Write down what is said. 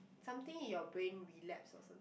something in your brain relapse or some